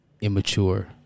Immature